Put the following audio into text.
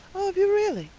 oh, have you really?